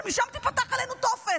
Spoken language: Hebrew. שמשם תיפתח עלינו תופת.